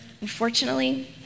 unfortunately